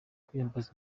kwiyambaza